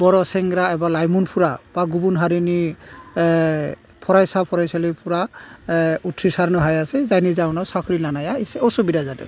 बर' सेंग्रा एबा लाइमोनफ्रा बा गुबुन हारिनि फरायसा फरायसालिफ्रा उथ्रिसारनो हायासै जायनि जाहनाव साख्रि लानाया एसे असुबिदा जादों